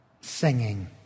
singing